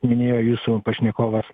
minėjo jūsų pašnekovas